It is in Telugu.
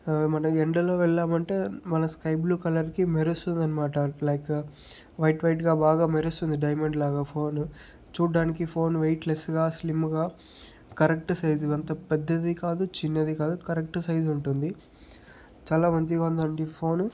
మనం ఎండలో వెళ్ళమంటే మన స్కై బ్లూ కలర్కి మెరుస్తుందనమాట అట్లే లైక్ వైట్ వైట్గా బాగా మెరుస్తుంది డైమండ్ లాగా ఫోన్ చూడడానికి ఫోన్ వెయిట్ లెస్గా స్లిమ్గా కరెక్ట్ సైజ్ అంత పెద్దది కాదు చిన్నది కాదు కరెక్ట్ సైజ్ ఉంటుంది చాలా మంచిగా ఉందండి ఫోన్